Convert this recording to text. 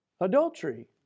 adultery